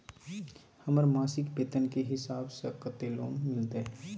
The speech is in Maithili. हमर मासिक वेतन के हिसाब स कत्ते लोन मिलते?